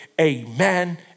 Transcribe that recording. Amen